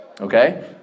okay